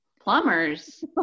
plumbers